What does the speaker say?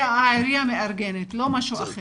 שהעירייה מארגנת, לא משהו אחר.